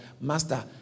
Master